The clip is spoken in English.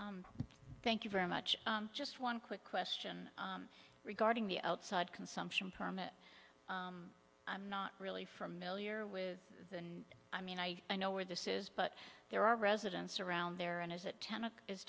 pusher thank you very much just one quick question regarding the outside consumption permit i'm not really familiar with and i mean i don't know where this is but there are residents around there and is it ten it is